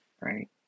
right